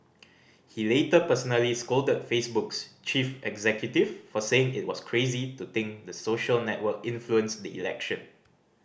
he later personally scolded Facebook's chief executive for saying it was crazy to think the social network influenced the election